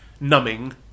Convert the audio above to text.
numbing